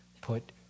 Put